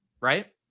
Right